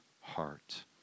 heart